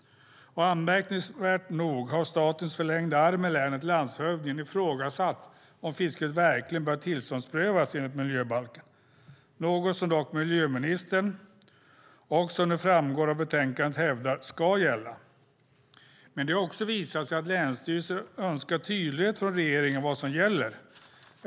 Anmärkningsvärt nog har statens förlängda arm i länet, landshövdingen, ifrågasatt om fisket verkligen bör tillståndprövas enligt miljöbalken, något som dock miljöministern hävdar ska gälla, vilket framgår av betänkandet. Men det har också visat sig att länsstyrelser önskar tydlighet från regeringen om vad som gäller.